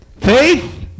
Faith